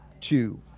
two